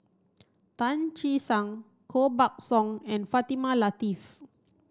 Tan Che Sang Koh Buck Song and Fatimah Lateef